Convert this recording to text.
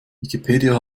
wikipedia